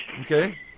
Okay